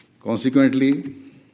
Consequently